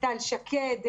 טל שקד,